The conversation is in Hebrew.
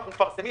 אנחנו מפרסמים